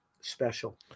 special